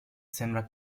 sembra